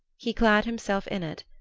he clad himself in it,